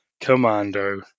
Commando